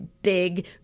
big